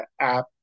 app